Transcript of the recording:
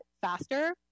faster